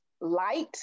light